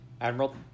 Admiral